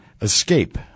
Escape